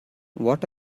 what